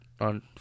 on